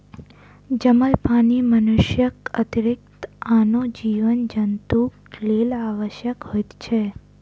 जमल पानि मनुष्यक अतिरिक्त आनो जीव जन्तुक लेल आवश्यक होइत छै